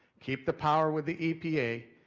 keep the power with the epa,